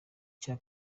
icya